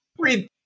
Read